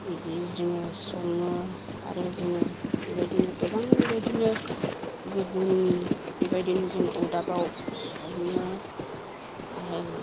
बिदि जोङो सङो आरो जोङो बेबायदिनो गोबां बेबायदिनो गोदोनि बेबायदिनो जों अरदाबाव सङो आरो